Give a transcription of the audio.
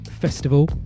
festival